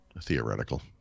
theoretical